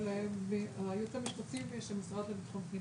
אבל הייעוץ המשפטי של המשרד לביטחון פנים